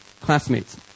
classmates